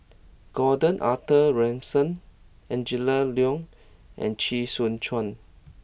Gordon Arthur Ransome Angela Liong and Chee Soon Juan